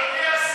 הם, אדוני השר.